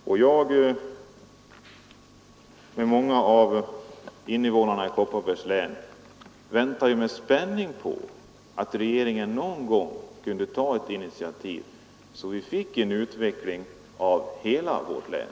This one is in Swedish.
Jag väntar, med många av invånarna i Kopparbergs län, med spänning på att se om regeringen någon gång kan ta ett sådant initiativ att vi får en utveckling av hela vårt län.